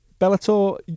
Bellator